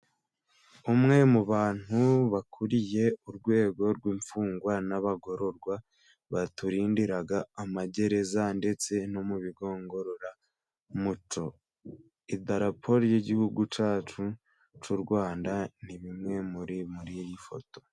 Umwe mu bantu bakuriye urwego rw'imfungwa n'abagororwa baturindiraga amagereza ndetse no mu bigo ngororamuco. Idarapo ry'igihugu cyacu cy'urwanda ni bimwe biri muri iyi foto.